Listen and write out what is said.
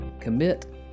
commit